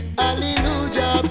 hallelujah